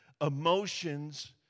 Emotions